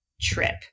trip